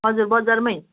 हजुर बजारमै